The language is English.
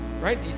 right